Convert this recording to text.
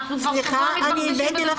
אנחנו כבר שבוע מתבחבשים בדבר הזה.